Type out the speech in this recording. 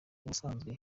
ubusanzwe